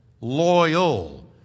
loyal